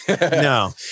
No